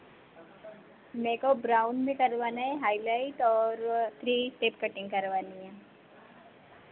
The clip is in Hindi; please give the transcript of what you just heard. मेरे को ब्राउन में करवाना है हाइलाइट और थ्री स्टेप कटिंग करवानी है